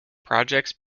projects